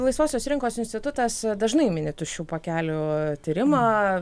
laisvosios rinkos institutas dažnai mini tuščių pakelių tyrimą